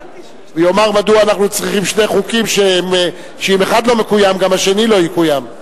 ויאמר מדוע אנחנו צריכים שני חוקים שאם אחד לא מקוים גם השני לא יקוים.